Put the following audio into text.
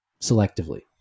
selectively